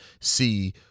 see